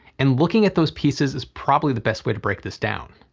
and looking at those pieces is probably the best way to break this down.